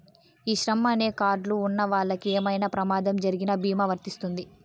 ఈ శ్రమ్ అనే కార్డ్ లు ఉన్నవాళ్ళకి ఏమైనా ప్రమాదం జరిగిన భీమా వర్తిస్తుంది